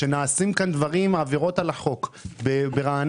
שנעשות כאן עבירות על החוק ברעננה,